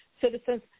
citizens